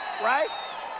Right